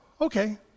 okay